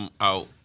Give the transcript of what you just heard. out